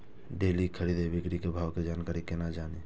Daily खरीद बिक्री के भाव के जानकारी केना जानी?